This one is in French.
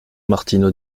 martino